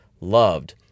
loved